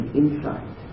insight